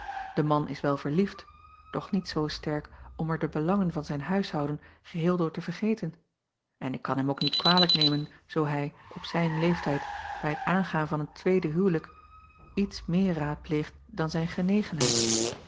e man is wel verliefd doch niet zoo sterk om er de belangen van zijn huishouden geheel door te vergeten en ik kan hem ook niet kwalijk nemen zoo hij op zijn leeftijd bij het aangaan van een tweede huwlijk iets meer raadpleegt dan zijn genegenheid